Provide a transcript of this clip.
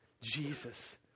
Jesus